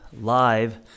live